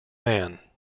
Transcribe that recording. man